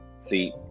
See